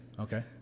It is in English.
Okay